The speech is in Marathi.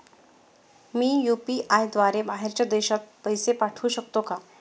मी यु.पी.आय द्वारे बाहेरच्या देशात पैसे पाठवू शकतो का?